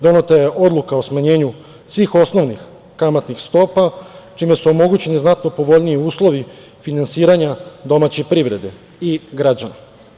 Doneta je odluka o smanjenju svih osnovnih kamatnih stopa čime su omogućeni znatno povoljniji uslovi finansiranja domaće privrede i građana.